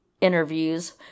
interviews